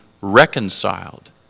reconciled